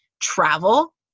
travel